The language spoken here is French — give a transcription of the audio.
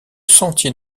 sentier